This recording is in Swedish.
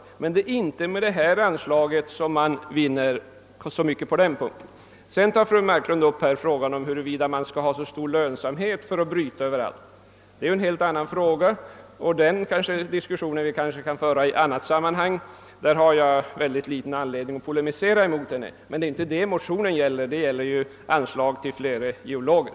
Det är emellertid inte med detta anslag som man vinner så mycket på den punkten. Sedan tog fru Marklund upp frågan om huruvida gruvbrytningen måste vara lika lönsam överallt. Det är ju ett helt annat problem, och den diskussionen kan vi föra i ett annat sammanhang. Där har jag mycket liten anledning att polemisera mot henne. Men det är inte det motionen gäller, utan där är ju fråga om anslag till ytterligare geologer.